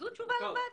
- זו תשובה לוועדה.